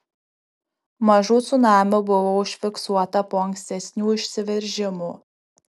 mažų cunamių buvo užfiksuota po ankstesnių išsiveržimų